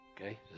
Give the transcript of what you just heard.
Okay